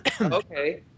Okay